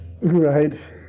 Right